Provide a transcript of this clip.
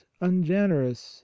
ungenerous